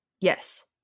Yes